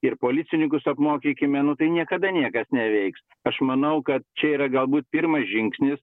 ir policininkus apmokykime nu tai niekada niekas neveiks aš manau kad čia yra galbūt pirmas žingsnis